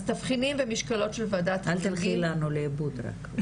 אז תבחינים ומשקולות של וועדת חריגים --- אל תלכי לנו לאיבוד רק.